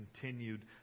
continued